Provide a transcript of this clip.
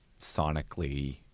sonically